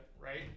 right